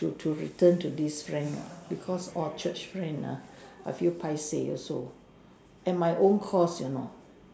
to to return to this friend what because all Church friend ah I feel paiseh also at my own costs you know